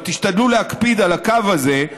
אבל תשתדלו להקפיד על הקו הזה,